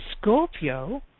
Scorpio